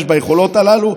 להשתמש ביכולות הללו.